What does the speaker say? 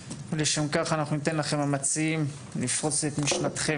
לשם כך אנחנו ניתן לכם המציעים לפרוס את משנתכם,